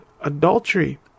adultery